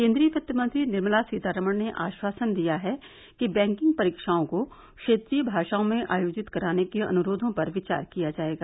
केन्द्रीय वित्त मंत्री निर्मला सीतारमण ने आश्वासन दिया है कि बैंकिंग परीक्षाओं को क्षेत्रीय भाषाओं में आयोजित कराने के अनुरोधों पर विचार किया जायेगा